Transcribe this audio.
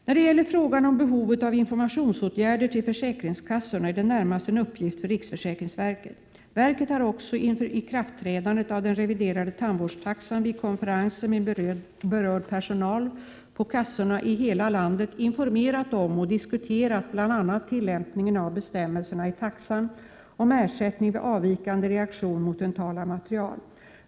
När det gäller frågan om behovet av informationsåtgärder till försäkringskassorna är det närmast en uppgift för riksförsäkringsverket. Verket har också inför ikraftträdandet av den reviderade tandvårdstaxan vid konferenser med berörd personal på kassorna i hela landet informerat om och diskuterat bl.a. tillämpningen av bestämmelserna i taxan om ersättning vid avvikande reaktion mot dentala material.